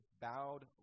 bowed